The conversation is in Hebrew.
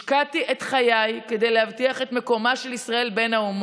השקעתי את חיי כדי להבטיח את מקומה של ישראל בין האומות,